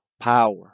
power